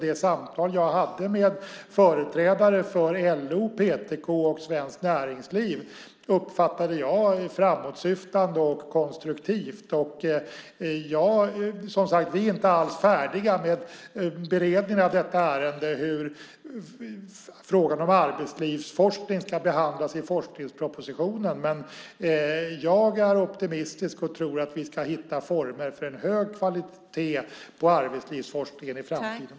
Det samtal jag hade med företrädare för LO, PTK och Svenskt Näringsliv uppfattade jag som framåtsyftande och konstruktivt. Vi är som sagt inte alls färdiga med beredningen av hur frågan om hur arbetslivsforskning ska behandlas i forskningspropositionen. Men jag är optimistisk och tror att vi ska hitta former för en hög kvalitet på arbetslivsforskningen i framtiden.